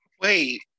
Wait